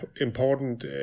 important